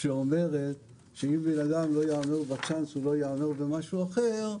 שאומרת שאם בן אדם לא ימהר בצ'אנס הוא לא ימהר במשהו אחר,